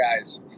guys